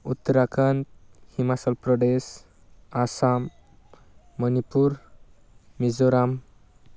Uttarakhand Himachal Pradesh Assam Manipur Mizoram